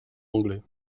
anglais